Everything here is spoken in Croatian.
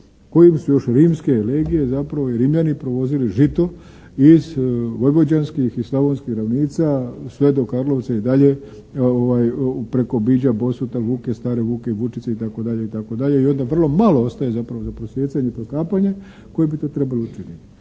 kojim su još rimske legije zapravo i Rimljani provozili žito iz vojvođanskih i slavonskih ravnica sve do Karlovca i dalje preko …/Govornik se ne razumije./… Bosuta, Vuke, Stare Vuke, Vučice itd. i onda vrlo malo ostaje zapravo za prosijecanje i prokapanje koje bi tu trebalo učiniti.